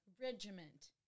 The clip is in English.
regiment